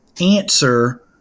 answer